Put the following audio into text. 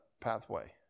pathway